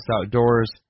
Outdoors